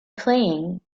playing